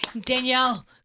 Danielle